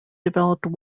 developed